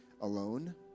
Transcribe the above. alone